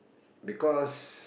because